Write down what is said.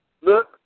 Look